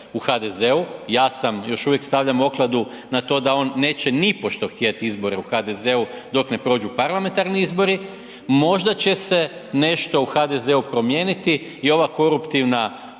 u HDZ-u, ja sam još uvijek stavljam okladu na to da on neće nipošto htjet izbore u HDZ-u dok ne prođu parlamentarni izbori, možda će se nešto u HDZ-u promijeniti i ova koruptivna